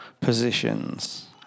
positions